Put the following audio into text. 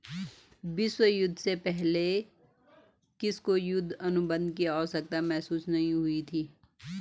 विश्व युद्ध से पहले किसी को युद्ध अनुबंध की आवश्यकता महसूस नहीं हुई थी